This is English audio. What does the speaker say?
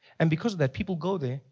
and because of that people go there,